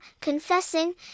confessing